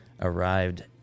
arrived